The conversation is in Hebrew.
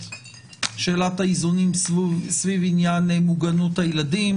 שאלת האיזונים סביב עניין מוגנות הילדים.